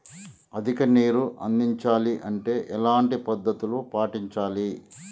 అధిక నీరు అందించాలి అంటే ఎలాంటి పద్ధతులు పాటించాలి?